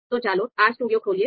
તો ચાલો RStudio ખોલીએ